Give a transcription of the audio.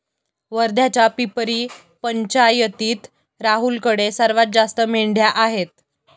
वर्ध्याच्या पिपरी पंचायतीत राहुलकडे सर्वात जास्त मेंढ्या आहेत